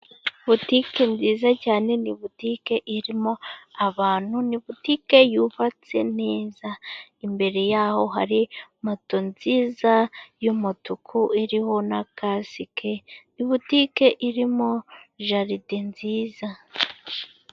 Butiki nziza cyane ni buditike irimo abantu, ni butike yubatse neza. Imbere yaho hari moto nziza y'umutuku iriho na kasike. Ni ubutique irimo jaride nziza.